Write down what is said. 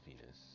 Venus